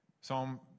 Psalm